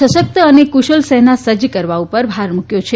સશક્ત અને ક્રશલ સેના સજ્જ કરવા ઉપર ભાર મૂક્યો છે